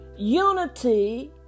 Unity